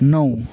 नौ